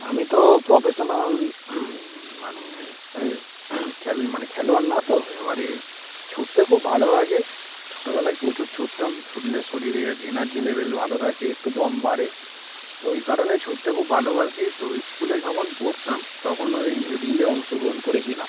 আমি তো প্রফেশনাল মানে খ মানে খেলোয়াড় না তো এবারে ছুটতে খুব ভালো লাগে ছোটোবেলায় প্রচুর ছুটতাম ছুটলে শরীরের এনার্জি লেভেল ভালো থাকে একটু দম বাড়ে তো ওই কারণে ছুটতে খুব ভালোবাসি তো স্কুলে যখন পড়তাম তখন ওই রিলে অংশগ্রহণ করেছিলাম